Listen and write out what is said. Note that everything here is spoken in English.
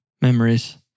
Memories